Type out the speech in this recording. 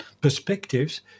perspectives